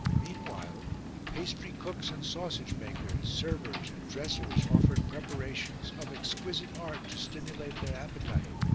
meanwhile pastry cooks and sausage makers, servers and dressers offered preparations of exquisite art to stimulate their appetite,